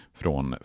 från